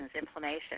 inflammation